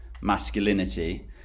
masculinity